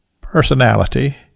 personality